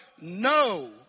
No